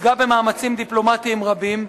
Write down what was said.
שהושגה במאמצים דיפלומטיים רבים,